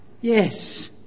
Yes